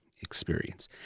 experience